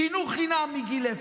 חינוך חינם מגיל אפס.